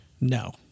No